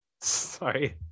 sorry